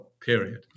period